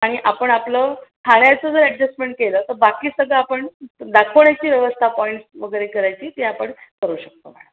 आणि आपण आपलं खाण्याचं जर ॲडजस्टमेंट केलं तर बाकी सगळं आपण दाखवण्याची व्यवस्था पॉईंट्स वगैरे करायची ती आपण करू शकतो मॅडम